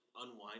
unwind